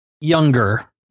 younger